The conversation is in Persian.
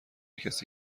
کسی